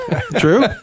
True